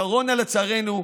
הקורונה, לצערנו,